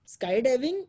Skydiving